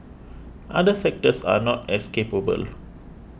other sectors are not as capable